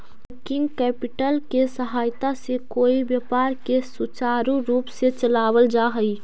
working capital के सहायता से कोई व्यापार के सुचारू रूप से चलावल जा हई